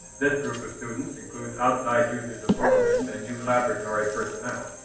this group of students includes outside users of whirlwind and new laboratory personnel.